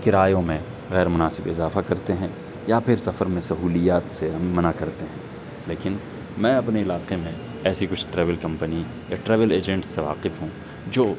کرایوں میں غیرمناسب اضافہ کرتے ہیں یا پھر سفر میں سہولیات سے ہمیں منع کرتے ہیں لیکن میں اپنے علاقے میں ایسی کچھ ٹریول کمپنی یا ٹریول ایجنٹ سے واقف ہوں جو